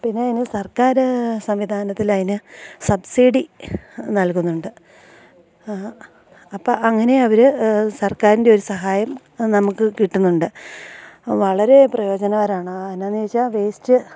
പിന്നതിന് സർക്കാർ സംവിധാനത്തിലതിന് സബ്സിഡി നൽകുന്നുണ്ട് അപ്പം അങ്ങനെ അവർ സർക്കാരിൻ്റെ ഒരു സഹായം നമുക്ക് കിട്ടുന്നുണ്ട് വളരെ പ്രയോജനകരാണ് അയെന്നാന്ന് ചോദിച്ചാൽ വേസ്റ്റ്